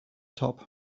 top